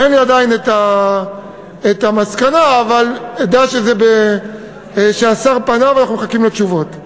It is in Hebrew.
אין לי עדיין מסקנה אבל דע שהשר פנה ואנחנו מחכים לתשובות.